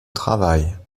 travail